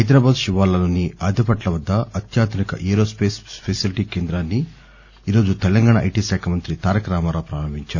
హైదరాబాద్ శివార్లలోని ఆదిభట్ల వద్ద అత్యాధునిక ఏరోస్పస్ ఫెసిలీటీ కేంద్రాన్ని ఈరోజు తెలంగాణ ఐటి శాఖ మంత్రి తారక రామారావు ప్రారంభించారు